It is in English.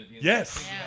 Yes